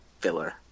filler